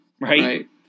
right